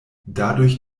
dadurch